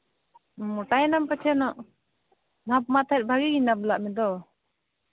ᱢᱳᱴᱟᱭᱮᱱᱟᱢ ᱯᱟᱪᱷᱮ ᱱᱚᱜ ᱢᱟᱯ ᱢᱟ ᱛᱟᱦᱮᱸᱫ ᱵᱷᱟᱹᱜᱤ ᱜᱤᱧ ᱢᱟᱯ ᱞᱮᱫ ᱢᱮᱫᱚ